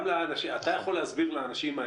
אתה יכול להסביר לאנשים,